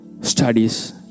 studies